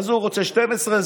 הוא רוצה 24:00,